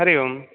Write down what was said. Hari Om